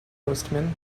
postman